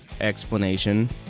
explanation